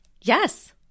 Yes